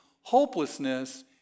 hopelessness